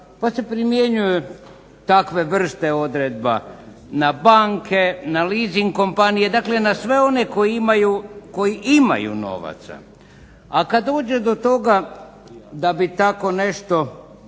pa se primjenjuju takve vrste odredba na banke, na leasing kompanije, dakle na sve one koji imaju novaca, a kad dođe do toga da bi tako nešto